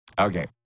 Okay